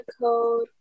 code